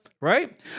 Right